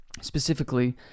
specifically